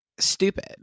Stupid